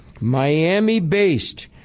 Miami-based